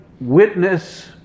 witness